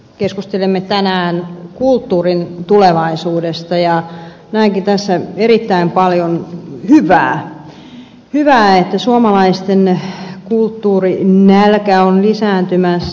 keskustelemme tänään kulttuurin tulevaisuudesta ja näenkin tässä erittäin paljon hyvää että suomalaisten kulttuurinnälkä on lisääntymässä